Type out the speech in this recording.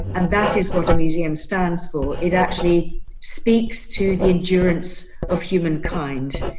and that is what a museum stands for. it actually speaks to the endurance of humankind.